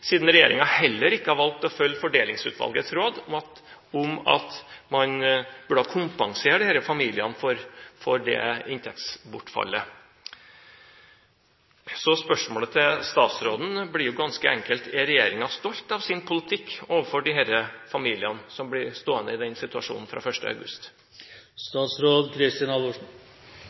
siden regjeringen har valgt ikke å følge Fordelingsutvalgets råd om at man burde ha kompensert disse familiene for dette inntektsbortfallet. Spørsmålet til statsråden blir ganske enkelt: Er regjeringen stolt av sin politikk overfor familiene som blir stående i denne situasjonen fra